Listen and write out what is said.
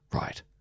right